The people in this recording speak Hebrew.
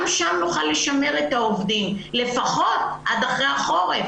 שם נוכל לשמר את העובדים לפחות עד אחרי החורף.